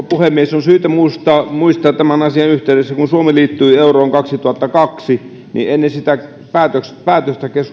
puhemies on syytä muistaa tämän asian yhteydessä kun suomi liittyi euroon kaksituhattakaksi niin ennen sitä päätöstä päätöstä